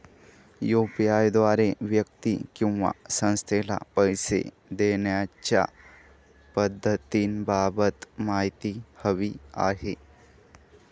UPI द्वारे व्यक्ती किंवा संस्थेला पैसे देण्याच्या पद्धतींबाबत माहिती हवी आहे